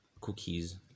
cookies